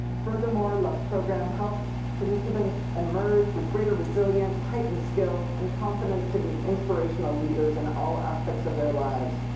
further more, and love's program helps participants emerge with greater resilience, heighten the skills and confidence to be inspirational leaders in all aspects of their lives.